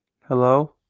Hello